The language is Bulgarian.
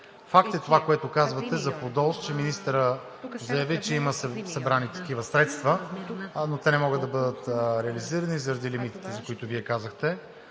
Факт е това, което казвате за ПУДООС, че министърът заяви, че има събрани такива средства, но те не могат да бъдат реализирани заради лимитите, за които Вие казахте.